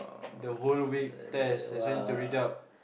the whole week test that's why need to read up